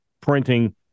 printing